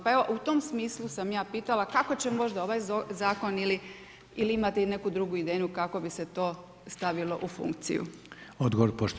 Pa evo u tom smislu sam ja pitala, kako će možda ovaj zakon ili imate neku drugu ideju kako bi se to stavilo u funkciju?